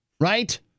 right